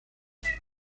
otros